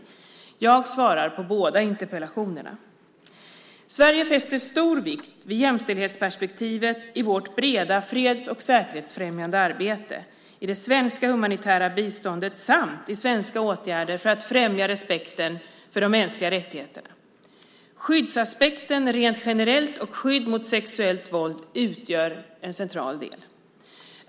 Jag svarar på båda interpellationerna. Sverige fäster stor vikt vid jämställdhetsperspektivet i vårt breda freds och säkerhetsfrämjande arbete, i det svenska humanitära biståndet samt i svenska åtgärder för att främja respekten för mänskliga rättigheter. Skyddsaspekten rent generellt och skydd mot sexuellt våld utgör en central del.